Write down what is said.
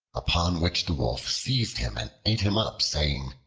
upon which the wolf seized him and ate him up, saying,